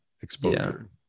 exposure